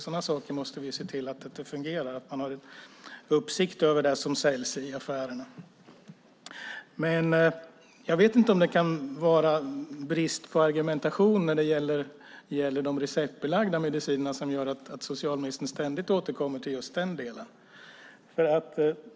Vi måste se till att sådana saker fungerar och att man har uppsikt över det som säljs i affärerna. Jag vet inte om det kan vara brist på argumentation när det gäller de receptbelagda medicinerna som gör att socialministern ständigt återkommer till just den här delen.